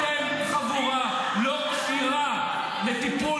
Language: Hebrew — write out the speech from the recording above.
אפשר לשלוח מכתב --- אתם חבורה לא כשירה לטיפול